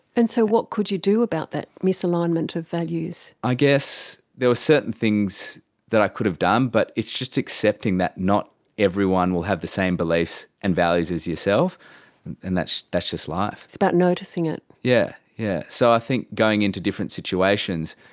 and so what could you do about that misalignment of values? i guess there were certain things that i could have done but it's just accepting that not everyone will have the same beliefs and values as yourself and that's that's just life. it's about noticing it. yes, yeah yeah, so i think going into different situations,